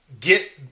get